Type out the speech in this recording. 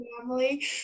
family